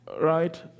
Right